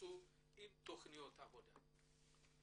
בבקשה להצגת תכנית פעולה בדיון שנקיים,